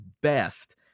best